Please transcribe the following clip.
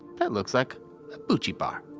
that looks like a bucci bar.